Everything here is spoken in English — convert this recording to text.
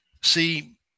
See